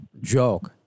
joke